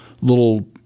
little